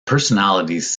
personalities